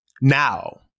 now